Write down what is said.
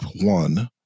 one